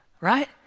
Right